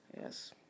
yes